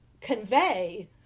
convey